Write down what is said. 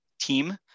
team